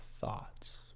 thoughts